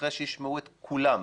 אחרי שישמעו את כולם,